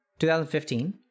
2015